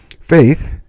Faith